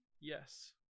yes